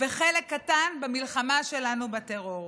וחלק קטן במלחמה שלנו בטרור.